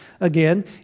Again